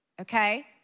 okay